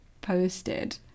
posted